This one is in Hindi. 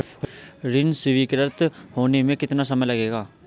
ऋण स्वीकृत होने में कितना समय लगेगा?